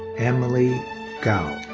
emily gao.